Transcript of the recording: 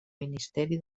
ministeri